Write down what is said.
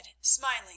smiling